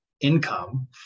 income